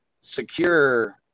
secure